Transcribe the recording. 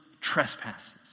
trespasses